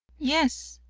yes,